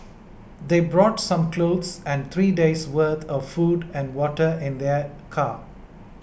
they brought some clothes and three days' worth of food and water in their car